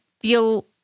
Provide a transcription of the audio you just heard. feel